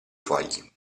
fogli